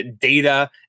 data